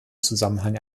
zusammenhang